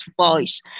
voice